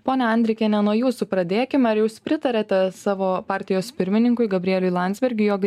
ponia andrikiene nuo jūsų pradėkime ar jūs pritariate savo partijos pirmininkui gabrieliui landsbergiui jog